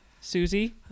Susie